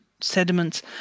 sediments